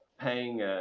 paying